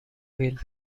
vale